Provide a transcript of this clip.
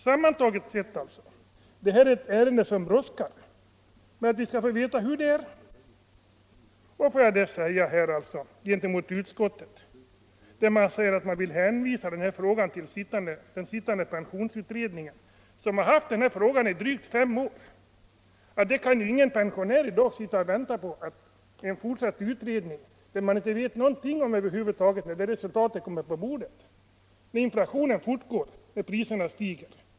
Sammantaget sett är det här ert ärende som brådskar. Utskottet vill hänvisa motionen till den sittande pensionskommittén, som haft frågan till behandling i drygt fem år. Låt mig säga att ingen pensionär kan vänta på en fortsatt utredning när ingen vet någonting om när resultatet kommer på bordet, när inflationen fortgår, när priserna stiger.